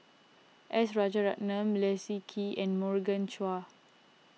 S Rajaratnam Leslie Kee and Morgan Chua